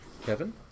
kevin